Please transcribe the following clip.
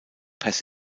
pass